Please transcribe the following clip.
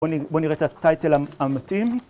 בואו נראה את הטייטל המתאים.